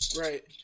Right